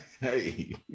Hey